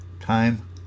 Time